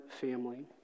family